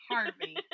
Harvey